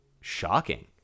shocking